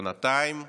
בינתיים,